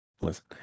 listen